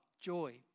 joy